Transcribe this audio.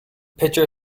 pitcher